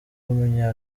w’umunya